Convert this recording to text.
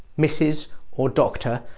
mrs or doctor,